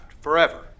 forever